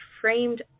framed